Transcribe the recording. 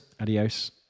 adios